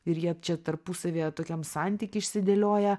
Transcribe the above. ir jie čia tarpusavyje tokiam santyky išsidėlioję